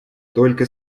только